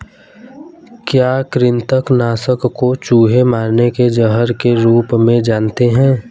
क्या कृतंक नाशक को चूहे मारने के जहर के रूप में जानते हैं?